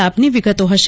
ના લાભની વિગતો હશે